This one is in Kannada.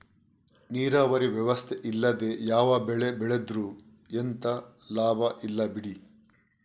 ನೀರಾವರಿ ವ್ಯವಸ್ಥೆ ಇಲ್ಲದೆ ಯಾವ ಬೆಳೆ ಬೆಳೆದ್ರೂ ಎಂತ ಲಾಭ ಇಲ್ಲ ಬಿಡಿ